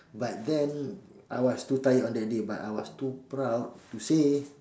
but then I was too tired on that day but I was too proud to say